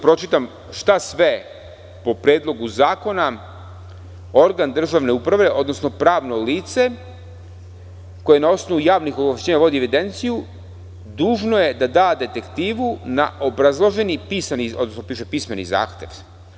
Pročitaću šta je sve po Predlogu zakona organ državne uprave, odnosno pravno lice, koje na osnovu javnih ovlašćenja vodi evidenciju, dužno da da detektivu na obrazloženi pisani, odnosno piše pismeni zahtev.